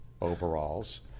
overalls